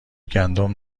گندم